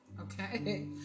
okay